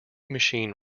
machine